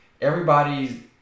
everybody's